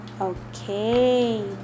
okay